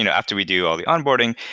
you know after we do all the onboarding,